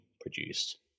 produced